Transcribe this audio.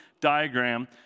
diagram